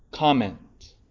Comment